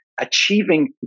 achieving